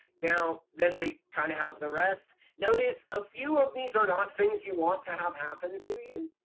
now then we kind of have the rest. notice a few of these are not things you want to have happen to you.